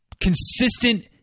consistent